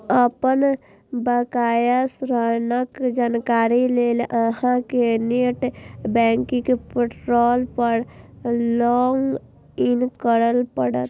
अपन बकाया ऋणक जानकारी लेल अहां कें नेट बैंकिंग पोर्टल पर लॉग इन करय पड़त